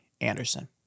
Anderson